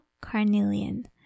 carnelian